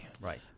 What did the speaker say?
Right